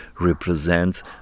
represent